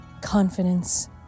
confidence